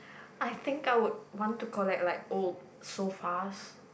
I think I would want to collect like old sofas